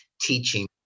teaching